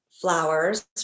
flowers